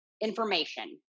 information